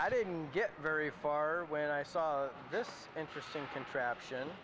i didn't get very far when i saw this interesting contraption